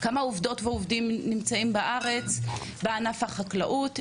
כמה עובדות ועובדים נמצאים בארץ בענף החקלאות,